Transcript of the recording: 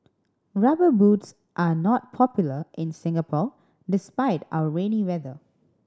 Rubber Boots are not popular in Singapore despite our rainy weather